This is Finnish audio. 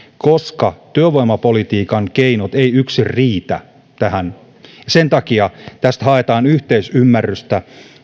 koska työvoimapolitiikan keinot eivät yksin riitä sen takia tähän haetaan yhteisymmärrystä